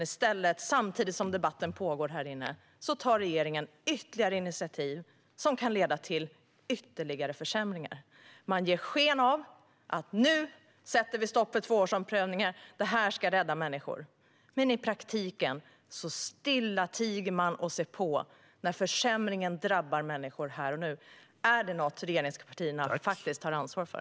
I stället, samtidigt som debatten pågår här inne, tar regeringen ytterligare initiativ som kan leda till ytterligare försämringar. Man ger sken av att vi nu sätter stopp för tvåårsomprövningar och att det här ska rädda människor. Men i praktiken ser man stillatigande på när försämringen drabbar människor här och nu. Är det något som regeringspartierna faktiskt tar ansvar för?